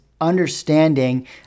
understanding